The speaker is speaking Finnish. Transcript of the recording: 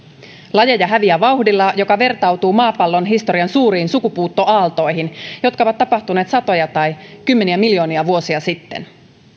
lajeja häviää vauhdilla joka vertautuu maapallon historian suuriin sukupuuttoaaltoihin jotka ovat tapahtuneet satoja tai kymmeniä miljoonia vuosia sitten